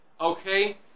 Okay